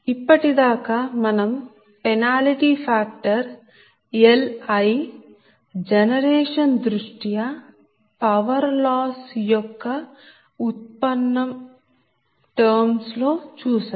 ఇప్పటి దాకా మనం పెనాల్టీ ఫ్యాక్టర్ Li జనరేషన్ దృష్ట్యా పవర్ లాస్ యొక్క ఉత్పన్నం టర్మ్స్ లో చూసాము